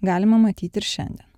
galima matyti ir šiandien